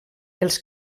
els